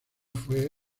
fue